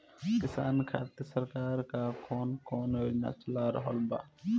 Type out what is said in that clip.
किसान खातिर सरकार क कवन कवन योजना चल रहल बा?